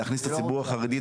להכניס את הציבור החרדי,